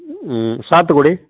சாத்துக்குடி